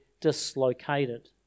dislocated